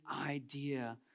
idea